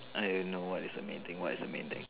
eh no what is a main thing what is a main thing